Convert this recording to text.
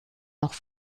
noch